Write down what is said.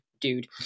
dude